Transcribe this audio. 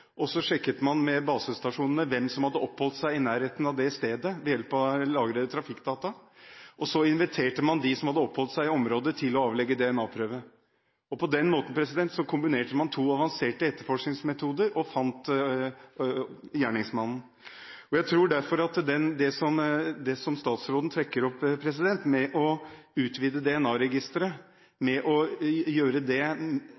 nærheten av det stedet, ved hjelp av lagrede trafikkdata. Så inviterte man dem som hadde oppholdt seg i området, til å avlegge DNA-prøve. På den måten kombinerte man to avanserte etterforskningsmetoder og fant gjerningsmannen. Jeg tror derfor at det som statsråden trekker opp: å utvide DNA-registeret og gjøre det mer omfattende, vil gi større mulighet for å oppklare disse sakene, som er veldig vanskelige å arbeide med for politiet. Jeg tror at det